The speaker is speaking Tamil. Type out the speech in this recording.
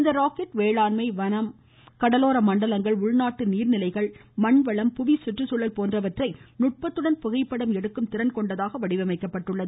இந்த ராக்கெட் வேளாண்மை வனம் கடலோர மண்டலங்கள் உள்நாட்டு நீர்நிலைகள் மண்வளம் புவி சுற்றுச்சூழல் போன்றவற்றை நுட்பத்துடன் புகைப்படம் எடுக்கும் திறன் கொண்டதாக வடிவமைக்கப்பட்டுள்ளது